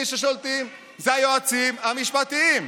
מי ששולטים הם היועצים המשפטיים.